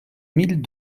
mille